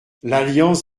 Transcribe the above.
l’alliance